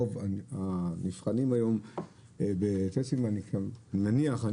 רוב הנבחנים היום בטסטים אני מניח אני